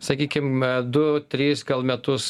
sakykime du tris metus